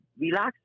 relax